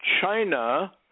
China